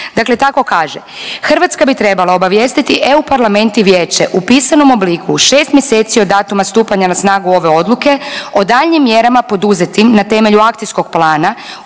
Dakle tako kaže, Hrvatska bi trebala obavijestiti EU parlament i vijeće u pisanom obliku u 6 mjeseci od datuma stupanja na snagu ove odluke o daljnjim mjerama poduzetim na temelju akcijskog plana